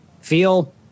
feel